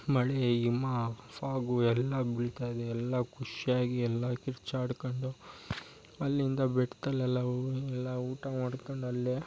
ಮಳೆ ಇಮಾ ಫಾಗು ಎಲ್ಲ ಬೀಳ್ತಾಯಿದೆ ಎಲ್ಲ ಖುಷ್ಯಾಗಿ ಎಲ್ಲ ಕಿರ್ಚಾಡ್ಕೊಂಡು ಅಲ್ಲಿಂದ ಬೆಟ್ಟದಲ್ಲೆಲ್ಲ ಉಹ ಎಲ್ಲ ಊಟ ಮಾಡ್ಕೊಂಡು ಅಲ್ಲೆ